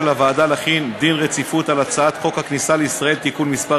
הוועדה להחיל דין רציפות על הצעת חוק הכניסה לישראל (תיקון מס'